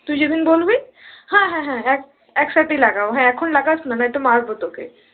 তুই যেদিন বলবি হ্যাঁ হ্যাঁ হ্যাঁ এক একসাথেই লাগাবো হ্যাঁ এখন লাগাস না নয়তো মারবো তোকে